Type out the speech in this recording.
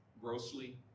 grossly